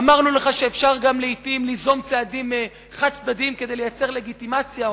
אמרנו לך שאפשר גם לעתים ליזום צעדים חד-צדדיים כדי לייצר לגיטימציה,